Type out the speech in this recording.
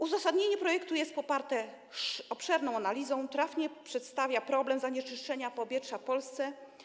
Uzasadnienie projektu jest poparte obszerną analizą, trafnie przedstawia problem zanieczyszczenia powietrza w Polsce.